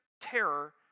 terror